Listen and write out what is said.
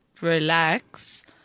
relax